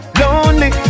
lonely